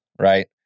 right